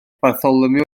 bartholomew